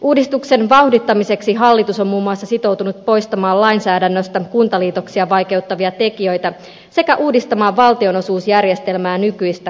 uudistuksen vauhdittamiseksi hallitus on muun muassa sitoutunut poistamaan lainsäädännöstä kuntaliitoksia vaikeuttavia tekijöitä sekä uudistamaan valtionosuusjärjestelmää nykyistä kannattavammaksi